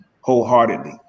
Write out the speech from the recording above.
wholeheartedly